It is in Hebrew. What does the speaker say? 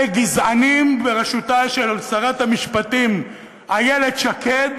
גזענים בראשותה של שרת המשפטים איילת שקד,